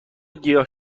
گیاه